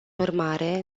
urmare